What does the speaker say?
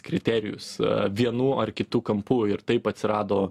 kriterijus vienu ar kitu kampu ir taip atsirado